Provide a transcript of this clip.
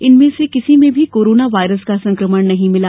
इनमें से किसी में भी कोरोना वायरस का संकमण नहीं मिला